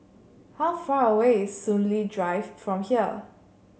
how far away is Soon Lee Drive from here